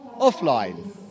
offline